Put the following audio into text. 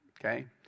okay